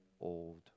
old